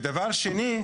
ודבר שני,